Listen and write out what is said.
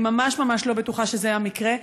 אני ממש ממש לא בטוחה שזה המקרה,